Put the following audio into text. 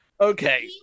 Okay